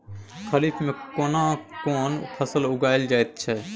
खरीफ में केना कोन फसल उगायल जायत छै?